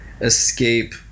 escape